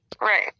Right